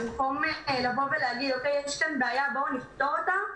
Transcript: במקום להגיד: אוקיי, יש פה בעיה, בואו נפתור אותה,